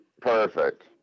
Perfect